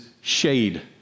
shade